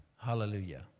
Hallelujah